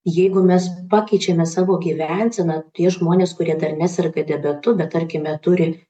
jeigu mes pakeičiame savo gyvenseną tie žmonės kurie dar neserga diabetu bet tarkime turi